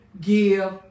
give